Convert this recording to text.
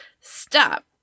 stop